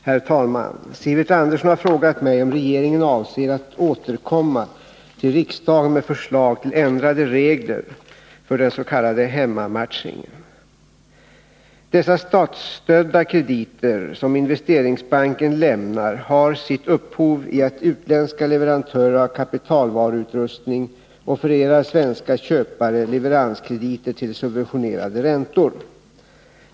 Herr talman! Sivert Andersson har frågat mig om regeringen avser att återkomma till riksdagen med förslag till ändrade regler för den s.k. hemmamatchningen. Dessa statsstödda krediter som Investeringsbanken lämnar har sitt upphov i att utländska leverantörer av kapitalvaruutrustning offererar svenska köpare leveranskrediter till subventionerade räntor.